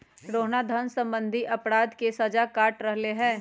रोहना धन सम्बंधी अपराध के सजा काट रहले है